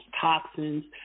toxins